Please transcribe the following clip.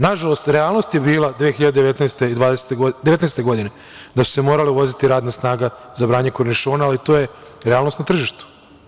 Nažalost, realnost je bila 2019. godine da se morala uvoziti radna snaga za branje kornišona, ali to je realnost na tržištu.